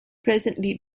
presently